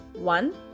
One